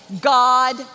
God